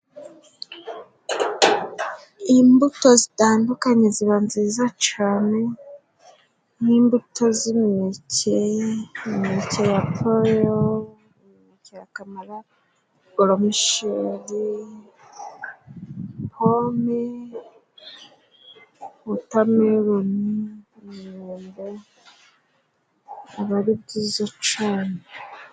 Imbuto zitandukanye ziba nziza cane nk'imbuto z'imineke, imineke ya poyo, iya kamara, goromisheri ,pome wotameroni, imyembe aba ari byza cane.